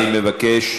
בבקשה.